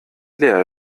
leer